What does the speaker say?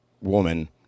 woman